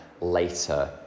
later